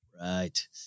Right